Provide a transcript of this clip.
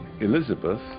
Elizabeth